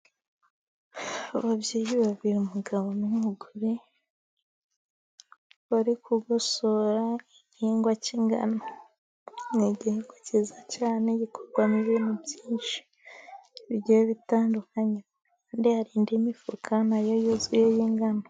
Ababyeyi babiri umugabo n'umugore, bari kugosora igihingwa cy'ingano, ni igihingwa cyiza cyane gikorwamo ibintu byinshi bigiye bitandukanye, ku ruhande hari indi mifuka ,na yo yuzuye y'ingano.